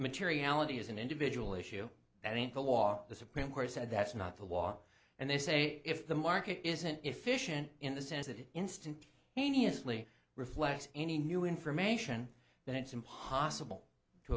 materiality is an individual issue that ain't the law the supreme court said that's not the law and they say if the market isn't efficient in the sense that it instantly any asli reflects any new information then it's impossible to